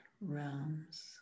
realms